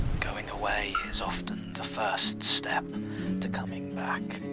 going away is often the first step to coming back.